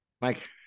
Mike